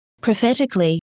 Prophetically